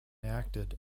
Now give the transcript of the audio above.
acted